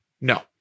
No